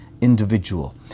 individual